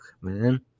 man